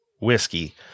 whiskey